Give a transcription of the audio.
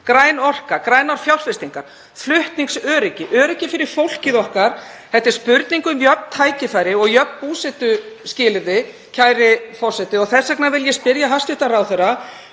græn orka, grænar fjárfestingar, flutningsöryggi, öryggi fyrir fólkið okkar. Þetta er spurning um jöfn tækifæri og jöfn búsetuskilyrði, kæri forseti. Þess vegna vil ég spyrja hæstv. ráðherra: